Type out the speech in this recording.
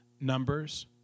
numbers